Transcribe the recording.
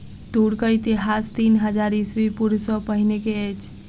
तूरक इतिहास तीन हजार ईस्वी पूर्व सॅ पहिने के अछि